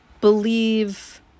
believe